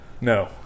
No